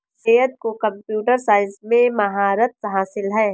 सैयद को computer science में महारत हासिल है